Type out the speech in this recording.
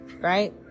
right